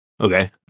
Okay